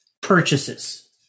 purchases